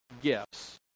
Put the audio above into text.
gifts